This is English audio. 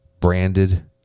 branded